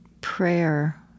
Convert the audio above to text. prayer